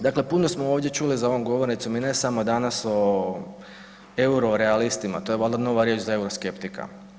Dakle, puno smo ovdje čuli za ovom govornicom i ne samo danas o eurorealistima, to je valjda nova riječ za euroskeptika.